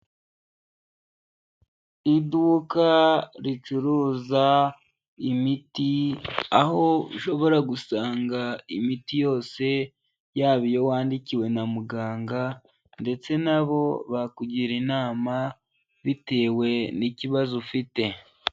Iduka ricuruza imiti, aho ushobora gusanga imiti yose yaba iyo wandikiwe na muganga ndetse na bo bakugira inama bitewe n'ikibazo ufite.